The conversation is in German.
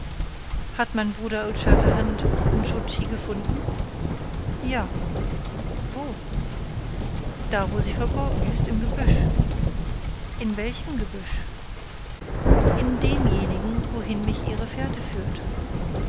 hat mein bruder old shatterhand nscho tschi gefunden ja wo da wo sie verborgen ist im gebüsch in welchem gebüsch in demjenigen wohin mich ihre fährte führt